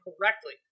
correctly